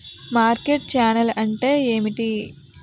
Market channel అంటే ఏమిటి?